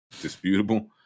disputable